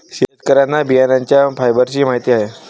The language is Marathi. शेतकऱ्यांना बियाण्यांच्या फायबरचीही माहिती आहे